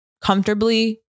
comfortably